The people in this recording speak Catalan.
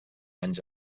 anys